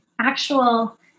actual